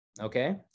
okay